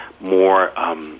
more